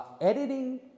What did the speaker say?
editing